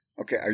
Okay